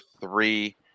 three